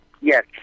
yes